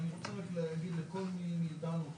ואני רוצה רק להגיד לכל מי מאיתנו,